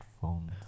phones